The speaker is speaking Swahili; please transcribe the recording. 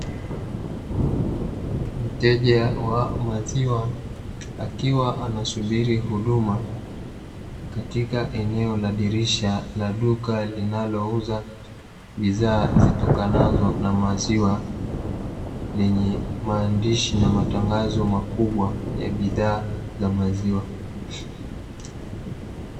Mteja wa maziwa akiwa anasubiri huduma katika eneo la dirisha la duka linalouza bidhaa zitokanazo na maziwa, lenye maandishi na matangazo makubwa ya bidhaa za maziwa.